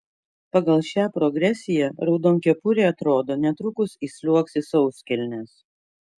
pagal šią progresiją raudonkepurė atrodo netrukus įsliuogs į sauskelnes